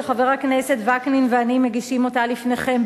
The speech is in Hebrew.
שחבר הכנסת וקנין ואני מגישים אותה לפניכם,